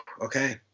Okay